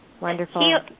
Wonderful